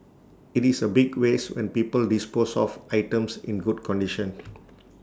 IT is A big waste when people dispose of items in good condition